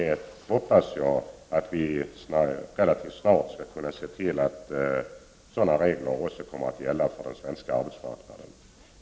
Jag hoppas att vi relativt snart skall kunna se till att sådana regler kommer att gälla för alla på den svenska arbetsmarknaden.